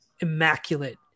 immaculate